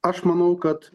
aš manau kad